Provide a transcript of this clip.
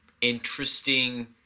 interesting